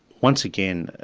once again,